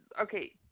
Okay